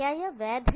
क्या यह वैध है